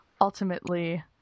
ultimately